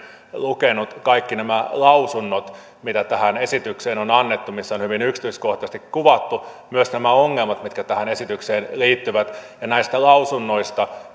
lukenut kaikki nämä lausunnot mitä tähän esitykseen on annettu missä on hyvin yksityiskohtaisesti kuvattu myös nämä ongelmat mitkä tähän esitykseen liittyvät näistä lausunnoista